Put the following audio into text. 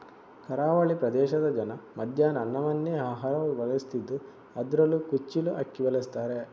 ಕರಾವಳಿ ಪ್ರದೇಶದ ಜನ ಮಧ್ಯಾಹ್ನ ಅನ್ನವನ್ನೇ ಆಹಾರವಾಗಿ ಬಳಸ್ತಿದ್ದು ಅದ್ರಲ್ಲೂ ಕುಚ್ಚಿಲು ಅಕ್ಕಿ ಬಳಸ್ತಾರೆ